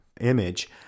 image